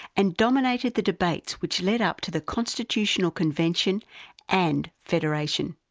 and dominated the debates which led up to the constitutional convention and federation.